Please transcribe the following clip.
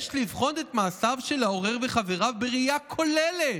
יש לבחון את מעשיו של העורר וחבריו בראייה כוללת,